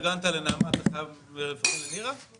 פרגנת לנעמה ולכן אתה חייב לפרגן גם לנירה?